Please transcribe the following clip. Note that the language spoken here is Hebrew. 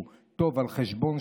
אתם יודעים,